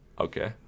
Okay